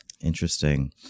Interesting